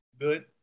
good